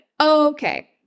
okay